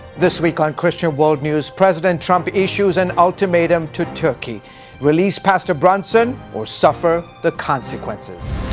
this week on christian world news, president trump issues an ultimatum to turkey release pastor brunson or suffer the consequences.